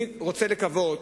אני רוצה לקוות,